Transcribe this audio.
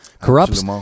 corrupts